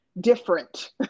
different